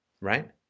Right